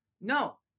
No